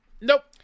Nope